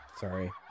Sorry